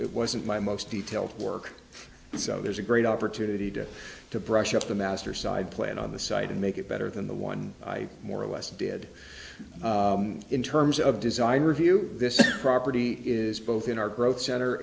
it wasn't my most detailed work so there's a great opportunity to to brush up the master side plan on the site and make it better than the one i more or less did in terms of design review this property is both in our growth c